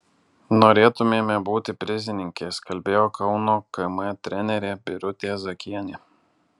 norėtumėme būti prizininkės kalbėjo kauno km trenerė birutė zakienė